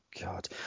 God